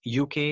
UK